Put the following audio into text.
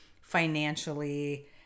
financially